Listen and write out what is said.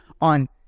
on